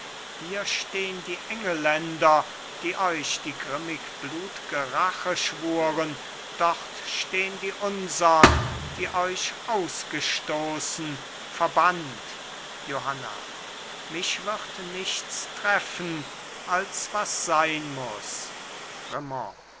hier stehn die engelländer die euch die grimmig blutge rache schwuren dort stehn die unsern die euch ausgestoßen verbannt johanna mich wird nichts treffen als was sein muß